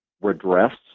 redress